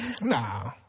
Nah